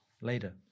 later